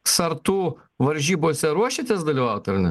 sartų varžybose ruošiatės dalyvaut ar ne